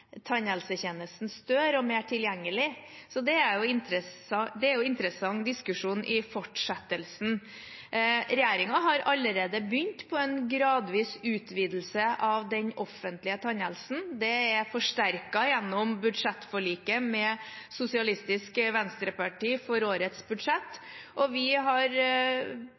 tannhelsetjenesten større og mer tilgjengelig. Det er jo en interessant diskusjon i fortsettelsen. Regjeringen har allerede begynt på en gradvis utvidelse av den offentlige tannhelsetjenesten, det er forsterket gjennom budsjettforliket med Sosialistisk Venstreparti for årets budsjett, og vi har